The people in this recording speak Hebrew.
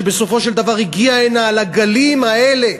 שבסופו של דבר הגיעה הנה על הגלים האלה,